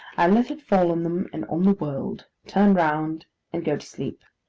i let it fall on them, and on the world turn round and go to sleep.